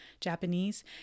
Japanese